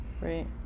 Right